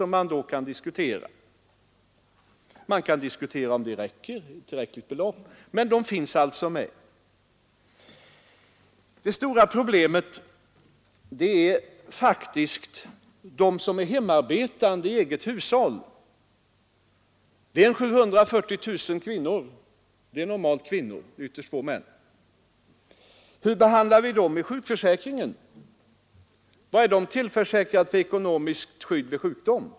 Man kan diskutera om det beloppet är tillräckligt, men dessa finns ändå med. Det stora problemet är faktiskt de som är hemarbetande i eget hushåll. Det rör sig om 740 000 personer — normalt kvinnor och ytterst få män. Hur behandlar vi dem i sjukförsäkringen? Vilket ekonomiskt skydd är de tillförsäkrade vid sjukdom?